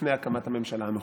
לפני הקמת הממשלה הנוכחית.